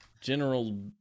General